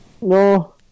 No